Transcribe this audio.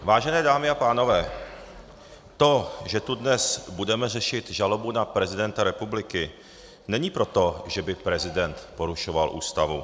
Vážené dámy a pánové, to, že tu dnes budeme řešit žalobu na prezidenta republiky, není proto, že by prezident porušoval Ústavu.